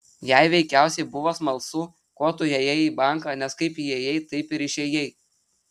jai veikiausiai buvo smalsu ko tu ėjai į banką nes kaip įėjai taip ir išėjai